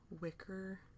wicker